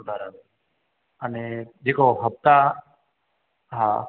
बराबरि अने जेको हफ़्ता आहे हा